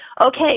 okay